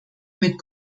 mit